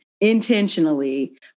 intentionally